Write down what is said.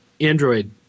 Android